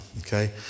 Okay